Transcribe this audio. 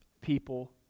people